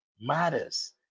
matters